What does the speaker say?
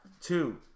Two